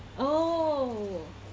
oh